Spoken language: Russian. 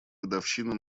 годовщина